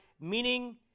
meaning